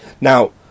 Now